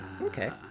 Okay